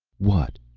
what?